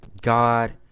God